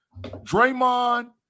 Draymond